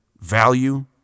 value